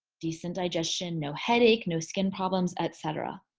decent digestion no headache, no skin problems, et cetera.